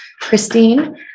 Christine